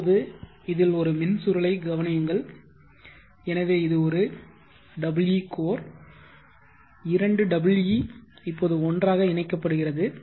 இப்போது இதில் ஒரு மின் சுருளை கவனியுங்கள் எனவே இது ஒரு EE கோர் இரண்டு EE இப்போது ஒன்றாக இணைக்கப்படுகிறது